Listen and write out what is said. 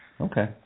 Okay